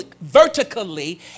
vertically